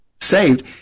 saved